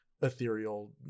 ethereal